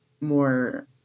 more